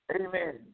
Amen